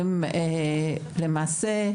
למעשה,